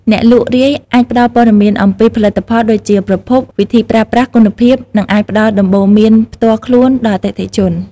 អ្នកលក់រាយអាចផ្តល់ព័ត៌មានអំពីផលិតផល ដូចជាប្រភព វិធីប្រើប្រាស់ គុណភាព និងអាចផ្តល់ដំបូន្មានផ្ទាល់ខ្លួនដល់អតិថិជន។